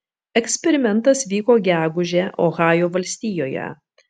eksperimentas vyko gegužę ohajo valstijoje